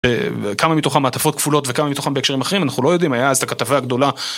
כמה מתוכן מעטפות כפולות, וכמה מתוכן בהקשרים אחרים, אנחנו לא יודעים. היה אז את הכתבה הגדולה...